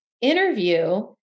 interview